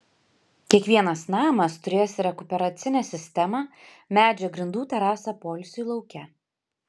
kiekvienas namas turės rekuperacinę sistemą medžio grindų terasą poilsiui lauke